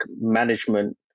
management